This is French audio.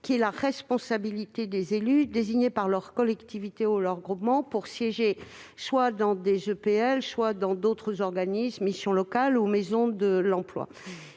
: la responsabilité des élus désignés par leur collectivité ou leur groupement pour siéger soit dans une EPL, soit dans d'autres organismes, comme les missions locales ou les maisons de l'emploi.